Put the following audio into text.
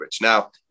now